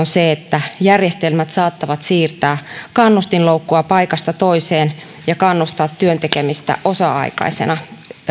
se että järjestelmät saattavat siirtää kannustinloukkua paikasta toiseen ja kannustaa työn tekemistä osa aikaisena